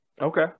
Okay